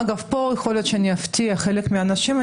אגב, כאן יכול שאני אפתיע חלק מהנוכחים.